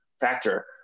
factor